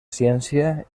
ciència